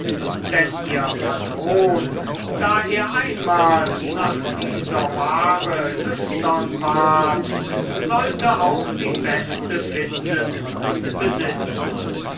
denn ihr patron da er einmal nach dieser ware lüstern ward sollte auch die beste finden und besitzen